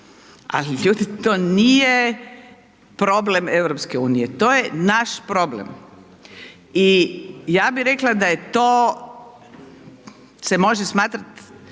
ali ljudi ti nije problem EU, to je naš problem i ja bi rekla da je to, se može smatrat